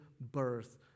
birth